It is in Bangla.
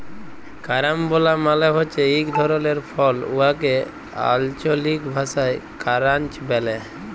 কারাম্বলা মালে হছে ইক ধরলের ফল উয়াকে আল্চলিক ভাষায় কারান্চ ব্যলে